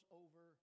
over